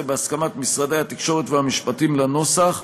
בהסכמת משרדי התקשורת והמשפטים לנוסח,